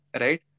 right